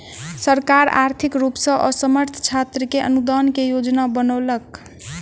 सरकार आर्थिक रूप सॅ असमर्थ छात्र के अनुदान के योजना बनौलक